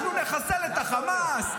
אנחנו נחסל את החמאס.